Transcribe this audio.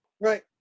right